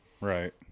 Right